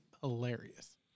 hilarious